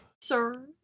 sir